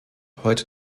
heute